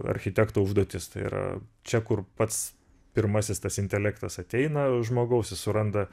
architekto užduotis tai yra čia kur pats pirmasis tas intelektas ateina žmogaus jis suranda